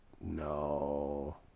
No